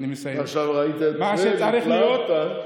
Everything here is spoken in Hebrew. עכשיו ראית את פריג', התלהבת, אבל צריך לסיים.